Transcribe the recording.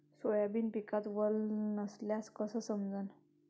Soybean पिकात वल नसल्याचं कस समजन?